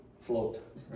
float